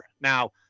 Now